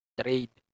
trade